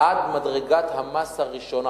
עד מדרגת המס הראשונה.